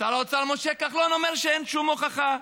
שר האוצר משה כחלון אומר שאין שום הוכחה.